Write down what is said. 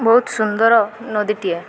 ବହୁତ ସୁନ୍ଦର ନଦୀଟିଏ